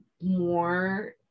more